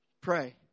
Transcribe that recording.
Pray